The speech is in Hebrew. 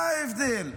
מה ההבדל?